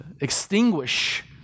extinguish